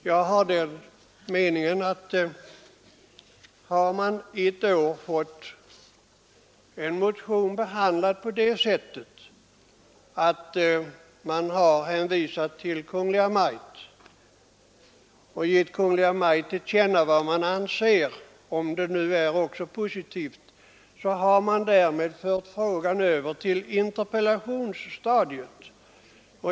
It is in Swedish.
Jag har den meningen, att om man ett år har fått en motion behandlad på det sättet att riksdagen har gett Kungl. Maj:t till känna vad man anser och om det är positivt, så har man därmed fört frågan över till interpellationsstadiet.